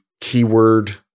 keyword